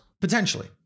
potentially